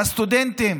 ולסטודנטים,